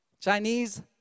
Chinese